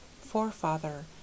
forefather